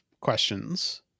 questions